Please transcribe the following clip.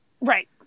right